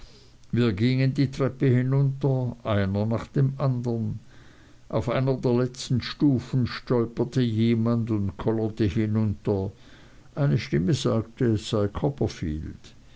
wir gingen die treppe hinunter einer nach dem andern auf einer der letzten stufen stolperte jemand und kollerte hinunter eine stimme sagte es sei